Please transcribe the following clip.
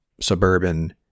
suburban